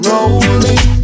Rolling